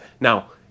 Now